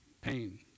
pain